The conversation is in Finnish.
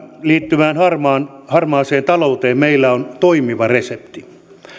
liittyvään harmaaseen talouteen meillä on toimiva resepti